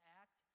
act